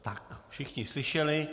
Tak, všichni slyšeli.